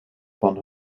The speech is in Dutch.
van